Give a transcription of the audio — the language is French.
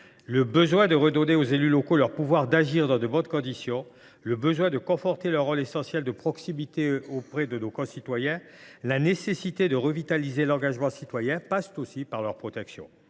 Le besoin de redonner aux élus locaux leur pouvoir d’agir dans de bonnes conditions, le besoin de conforter leur rôle essentiel de proximité auprès de nos concitoyens, la nécessité de revitaliser l’engagement citoyen, passent aussi par leur protection.